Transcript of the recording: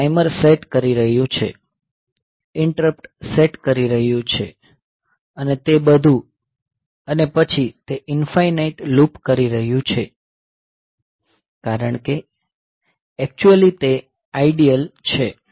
તે timer set કરી રહ્યું છે ઈન્ટરપ્ટ સેટ કરી રહ્યું છે અને તે બધું અને પછી તે ઇનફાઈનાઈટ લૂપ કરી રહ્યું છે કારણ કે એક્ચ્યુઅલી તે આઇડીયલ છે